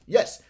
Yes